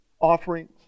offerings